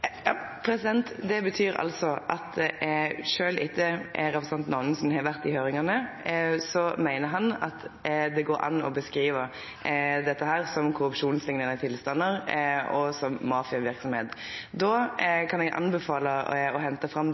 Det betyr altså at sjølv etter at representanten Anundsen har vore i høyringa, meiner han at det går an å beskrive dette som korrupsjonsliknande tilstandar og som mafiaverksemd. Då kan eg anbefale å hente fram